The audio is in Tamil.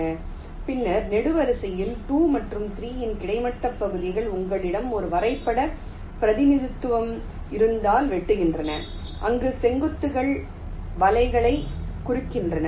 மூன்றாவது நெடுவரிசையில் 2 மற்றும் 3 இன் கிடைமட்ட பகுதிகள் உங்களிடம் ஒரு வரைபட பிரதிநிதித்துவம் இருந்தால் வெட்டுகின்றன அங்கு செங்குத்துகள் வலைகளைக் குறிக்கின்றன